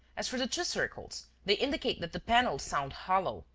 as for the two circles, they indicate that the panels sound hollow,